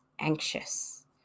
anxious